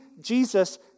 Jesus